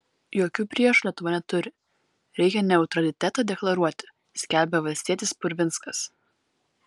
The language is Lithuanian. jokių priešų lietuva neturi reikia neutralitetą deklaruoti skelbė valstietis purvinskas